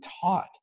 taught